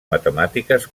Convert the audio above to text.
matemàtiques